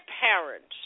parents